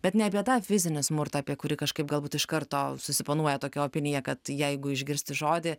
bet ne apie tą fizinį smurtą apie kurį kažkaip galbūt iš karto susiponuoja tokia opinija kad jeigu išgirsti žodį